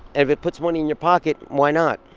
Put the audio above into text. and if it puts money in your pocket, why not?